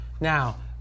Now